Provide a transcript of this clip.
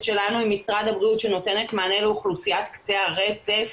שלנו עם משרד הבריאות שנותנת מענה לאוכלוסיית קצה הרצף